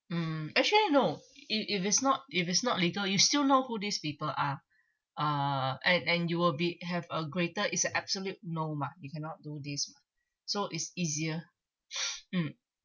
mm actually no if if it's not if it's not legal you still know who these people are uh and and you will be have a greater is a absolute no mah you cannot do these mah so is easier mm